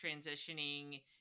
transitioning